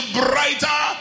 brighter